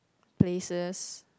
places